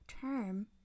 term